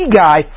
guy